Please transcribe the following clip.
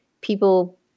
people